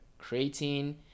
creatine